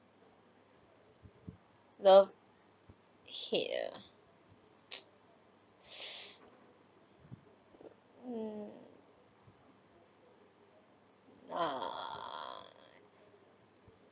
well hate ah mm ah